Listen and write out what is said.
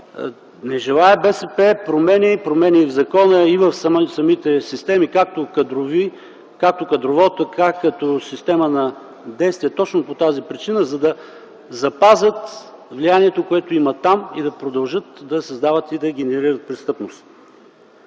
не желаят промени (промени и в закона, и в самите системи – както кадрово, така и като система на действие) точно по тази причина - за да запазят влиянието, което имат там и да продължат да създават и да генерират престъпност.